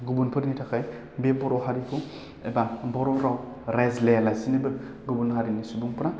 गुबुनफोरनि थाखाय बे बर' हारिखौ एबा बर' राव रायज्लायालासिनोबो गुबुन हारिनि सुुबंफ्रा